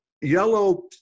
Yellow